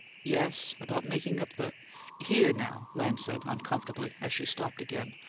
yes, about making up the here, now, lamb said, uncomfortably, as she stopped again.